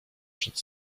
przed